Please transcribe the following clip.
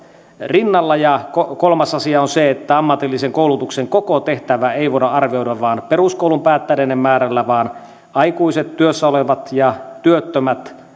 rinnalla ja kolmas asia on se että ammatillisen koulutuksen koko tehtävää ei voida arvioida vain peruskoulun päättäneiden määrällä vaan aikuiset työssä olevat ja työttömät